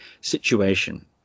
situation